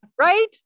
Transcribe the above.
Right